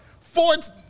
Ford's